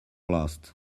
lost